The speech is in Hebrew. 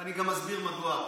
ואני גם אסביר מדוע תכף.